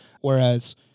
Whereas